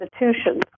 institutions